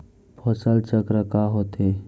फसल चक्र का होथे?